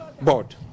board